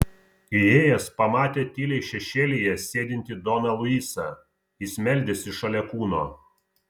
įėjęs pamatė tyliai šešėlyje sėdintį doną luisą jis meldėsi šalia kūno